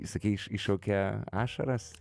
sakei iš iššaukia ašaras